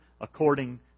according